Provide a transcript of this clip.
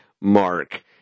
Mark